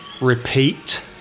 Repeat